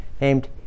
named